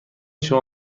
شما